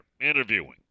interviewing